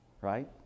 right